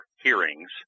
hearings